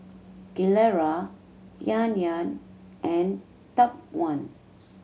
Gilera Yan Yan and Top One